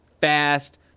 fast